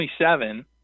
27